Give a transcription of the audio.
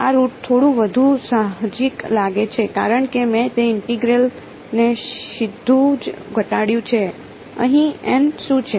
આ રુટ થોડું વધુ સાહજિક લાગે છે કારણ કે મેં તે ઇન્ટેગ્રલ ને સીધું જ ઘટાડ્યું છે અહીં શું છે